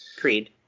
Creed